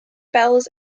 bells